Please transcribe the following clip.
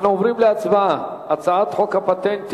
אנחנו עוברים להצבעה על הצעת חוק הפטנטים